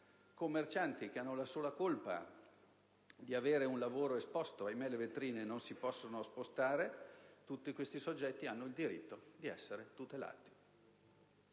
commercianti che hanno la sola colpa di avere un lavoro esposto - ahimè, le vetrine non si possono spostare! - sono soggetti che hanno il diritto di essere tutelati.